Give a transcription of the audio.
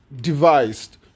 Devised